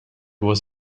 was